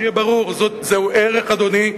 שיהיה ברור, זהו ערך, אדוני,